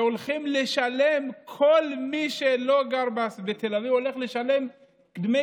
כל מי שלא גר בתל אביב הולך לשלם דמי